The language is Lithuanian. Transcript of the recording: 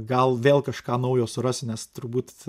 gal vėl kažką naujo surasiu nes turbūt